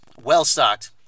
well-stocked